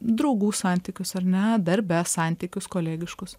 draugų santykius ar ne darbe santykius kolegiškus